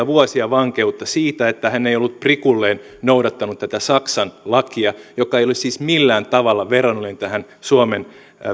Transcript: vuosia vankeutta siitä että hän ei ollut prikulleen noudattanut tätä saksan lakia joka ei ole siis millään tavalla verrannollinen tähän suomen